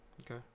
Okay